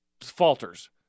falters